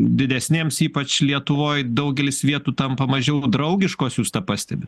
didesnėms ypač lietuvoj daugelis vietų tampa mažiau draugiškos jūs tą pastebit